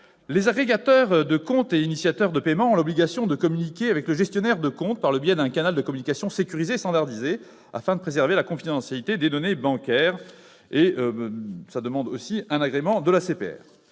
Les agrégateurs de comptes et initiateurs de paiement ont l'obligation de communiquer avec le gestionnaire de compte par le biais d'un canal de communication sécurisé et standardisé, afin de préserver la confidentialité des données bancaires et d'obtenir un agrément de